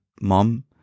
mom